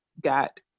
got